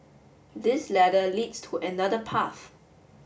this ladder leads to another path